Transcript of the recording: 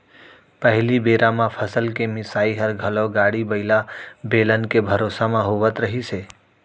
पहिली बेरा म फसल के मिंसाई हर घलौ गाड़ी बइला, बेलन के भरोसा म होवत रहिस हे